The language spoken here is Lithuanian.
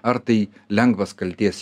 ar tai lengvas kaltės